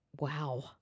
Wow